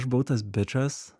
aš buvau tas bičas